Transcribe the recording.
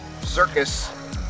circus